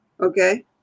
Okay